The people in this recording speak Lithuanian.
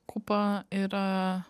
kupa yra